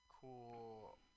cool